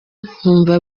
nkumva